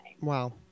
Wow